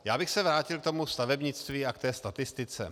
Já bych se vrátil k tomu stavebnictví a k té statistice.